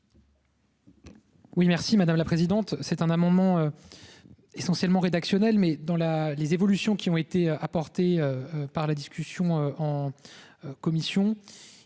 Oui merci madame la présidente. C'est un amendement. Essentiellement rédactionnel mais dans la les évolutions qui ont été apportées par la discussion en. Commission.